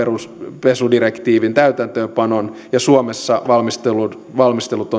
rahanpesudirektiivin täytäntöönpanoon ja suomessa valmistelut